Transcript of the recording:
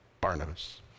Barnabas